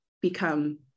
become